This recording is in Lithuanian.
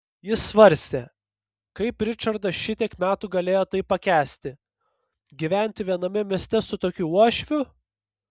jis svarstė kaip ričardas šitiek metų galėjo tai pakęsti gyventi viename mieste su tokiu uošviu